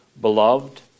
Beloved